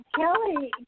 Kelly